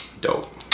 Dope